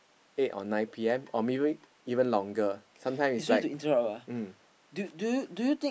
eight or nine P_M or maybe even longer sometimes is like mm